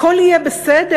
הכול יהיה בסדר,